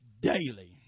daily